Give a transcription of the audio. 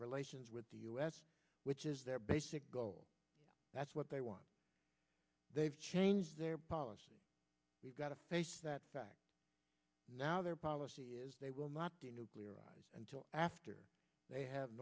relations with the u s which is their basic goal that's what they want they've changed their policy we've got to face that fact now their policy is they will not do nuclear until after they have